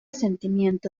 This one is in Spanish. sentimiento